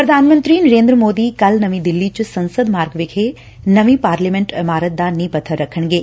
ਪ੍ਧਾਨ ਮੰਤਰੀ ਨਰੇਂਦਰ ਮੋਦੀ ਕੱਲ੍ਹ ਨਵੀਂ ਦਿੱਲੀ ਚ ਸੰਸਦ ਮਾਰਗ ਵਿਖੇ ਨਵੀਂ ਪਾਰਲੀਮੈਂਟ ਇਮਾਰਤ ਦਾ ਨੀਂਹ ਪੱਥਰ ਰੱਖਣਗੇ